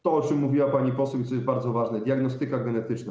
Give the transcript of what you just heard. To, o czym mówiła pani poseł, i co jest bardzo ważne: diagnostyka genetyczna.